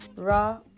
Raw